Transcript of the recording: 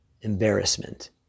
embarrassment